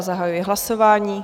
Zahajuji hlasování.